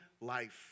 life